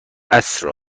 الیسر